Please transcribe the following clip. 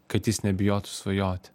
kad jis nebijotų svajoti